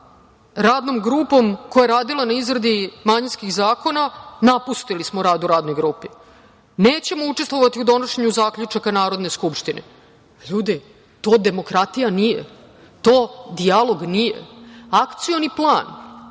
Radnom grupom koja je radila na izradi manjinskih zakona, napustili smo rad u Radnoj grupi. Nećemo učestvovati u donošenju zaključaka Narodne skupštine. Ljudi, to demokratija nije, to dijalog nije. Akcioni plan